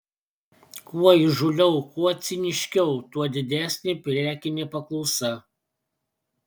kuo įžūliau kuo ciniškiau tuo didesnė prekinė paklausa